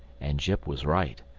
and jip was right.